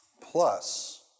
Plus